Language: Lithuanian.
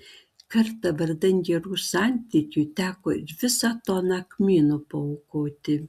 kartą vardan gerų santykių teko ir visą toną kmynų paaukoti